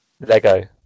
lego